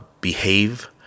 Behave